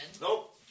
Nope